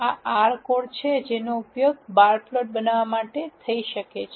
આ R code છે જેનો ઉપયોગ બાર પ્લોટ બનાવવા માટે થઈ શકે છે